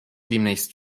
demnächst